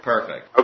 Perfect